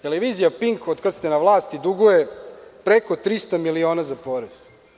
Televizija „Pink“ od kada ste na vlasti duguje preko 300 miliona za porez.